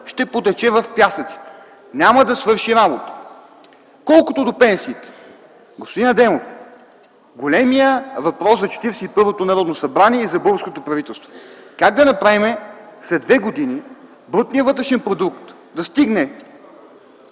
ще потече в пясъците. Няма да свърши работа. Колкото до пенсиите. Господин Адемов, големият въпрос за 41-то Народно събрание и за българското правителство е: как да направим след две години брутният вътрешен продукт да стигне